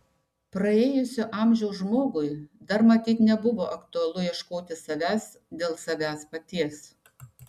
praėjusio amžiaus žmogui dar matyt nebuvo aktualu ieškoti savęs dėl savęs paties